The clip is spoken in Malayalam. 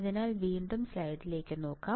അതിനാൽ വീണ്ടും സ്ലൈഡിലേക്ക് നോക്കാം